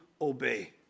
obey